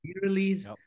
release